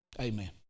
Amen